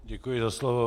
Děkuji za slovo.